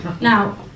Now